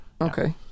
Okay